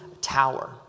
tower